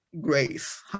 Grace